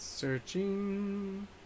Searching